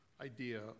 idea